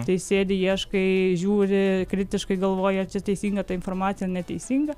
tai sėdi ieškai žiūri kritiškai galvoji ar čia teisinga ta informacija ar neteisinga